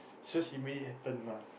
so she made it happen lah